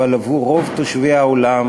אבל עבור רוב תושבי העולם